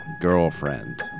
girlfriend